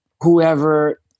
whoever